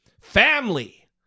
Family